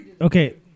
okay